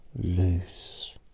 loose